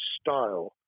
style